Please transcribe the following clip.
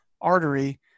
artery